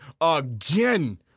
again